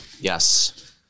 yes